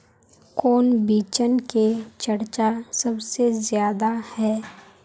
कौन बिचन के चर्चा सबसे ज्यादा है?